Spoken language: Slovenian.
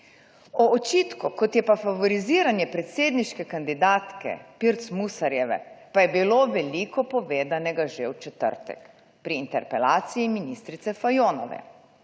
O očitku, kot je pa favoriziranje predsedniške kandidatke Pirc Musarjeve pa je bilo veliko povedanega že v četrtek pri interpelaciji ministrice Fajonove